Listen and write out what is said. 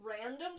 random